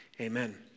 amen